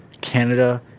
Canada